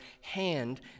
hand